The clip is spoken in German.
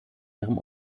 ihrem